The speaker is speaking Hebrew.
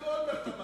גם אולמרט אמר,